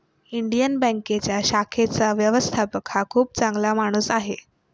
Indian बँकेच्या शाखेचा व्यवस्थापक हा खूप चांगला माणूस आहे